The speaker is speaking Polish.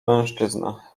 mężczyzna